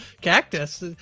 cactus